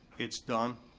it's done,